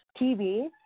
TV